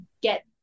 get